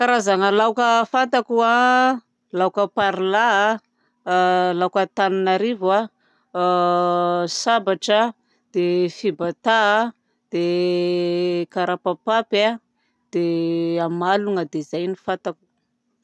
Karazana laoka fantako a dia laoka parlà a laoka tananarivo a sabatra dia fibatà a dia karapapaka dia amalona. Dia zay no fantako.